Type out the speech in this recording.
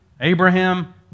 Abraham